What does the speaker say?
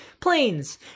Planes